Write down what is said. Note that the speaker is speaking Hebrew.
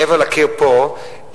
מעבר לקיר פה,